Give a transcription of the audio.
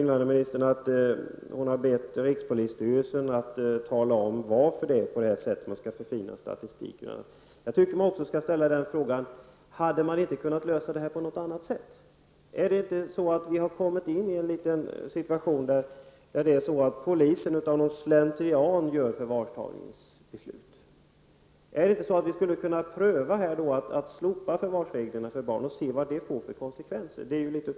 Invandrarministern sade att hon har bett rikspolisstyrelsen att undersöka varför det förhåller sig på det här sättet och om statistiken går att förfina. Jag undrar: Hade detta inte kunnat lösas på ett annat sätt? Har vi inte hamnat i en situation där polisen av slentrian fattar beslut om förvarstagande? Kan vi inte pröva att slopa förvarstagandereglerna när det gäller barn och se vad det får för konsekvenser?